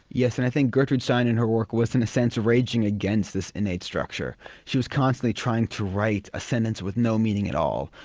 yes, and i think gertrude stein in her work was in a sense raging against this innate structure. she was constantly trying to write a sentence with no meaning at all,